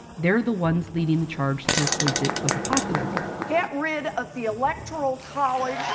they're the ones leading the charge to replace it with a popular vote. get rid of the electoral college,